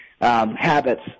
habits